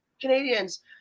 Canadians